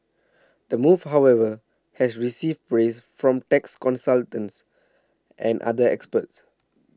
the move however has received praise from tax consultants and other experts